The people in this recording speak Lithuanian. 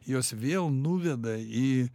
jos vėl nuveda į